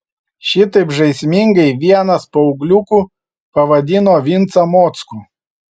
šitaip žaismingai vienas paaugliukų pavadino vincą mockų